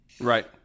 right